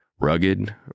Rugged